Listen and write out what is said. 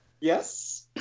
Yes